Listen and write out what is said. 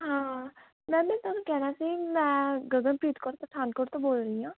ma'am ਮੈਂ ਤੁਹਾਨੂੰ ਕਹਿਣਾ ਸੀ ਮੈਂ ਗਗਨਪ੍ਰੀਤ ਕੌਰ ਪਠਾਨਕੋਟ ਤੋਂ ਬੋਲ ਰਹੀ ਹਾਂ